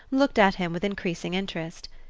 looked at him with increasing interest.